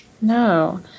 No